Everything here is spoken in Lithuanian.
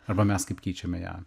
arba mes kaip keičiame ją